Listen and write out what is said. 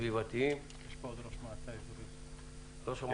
נמצא גם ראש המועצה האזורית מנשה.